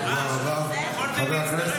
אני יכול להשיב לך משהו?